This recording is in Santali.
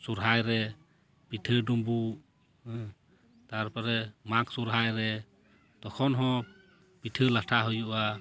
ᱥᱚᱦᱚᱨᱟᱭ ᱨᱮ ᱯᱤᱴᱷᱟᱹ ᱰᱩᱢᱵᱩᱜ ᱛᱟᱨᱯᱚᱨᱮ ᱢᱟᱜᱽ ᱥᱚᱦᱚᱨᱟᱭ ᱨᱮ ᱛᱚᱠᱷᱚᱱ ᱦᱚᱸ ᱯᱤᱴᱷᱟᱹ ᱞᱟᱴᱷᱟ ᱦᱩᱭᱩᱜᱼᱟ